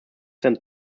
them